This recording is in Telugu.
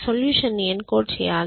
సొల్యూషన్ ని ఎన్కోడింగ్ చేయాలి